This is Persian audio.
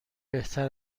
بهتر